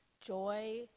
joy